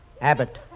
Abbott